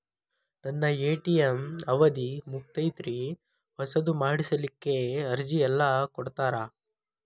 ನನ್ನ ಎ.ಟಿ.ಎಂ ಅವಧಿ ಮುಗದೈತ್ರಿ ಹೊಸದು ಮಾಡಸಲಿಕ್ಕೆ ಅರ್ಜಿ ಎಲ್ಲ ಕೊಡತಾರ?